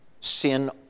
Sin